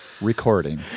recording